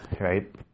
right